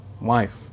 Wife